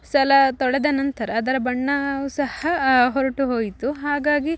ಸಲ ತೊಳೆದ ನಂತರ ಅದರ ಬಣ್ಣವು ಸಹ ಹೊರಟು ಹೋಯಿತು ಹಾಗಾಗಿ